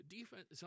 Defense